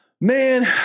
Man